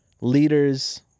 leaders